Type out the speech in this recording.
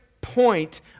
point